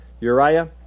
Uriah